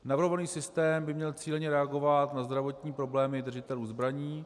Navrhovaný systém by měl cíleně reagovat na zdravotní problémy držitelů zbraní.